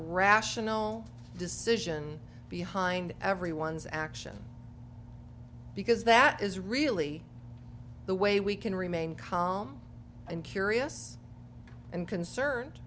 rational decision behind everyone's action because that is really the way we can remain calm and curious and concerned